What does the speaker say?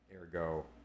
Ergo